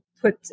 put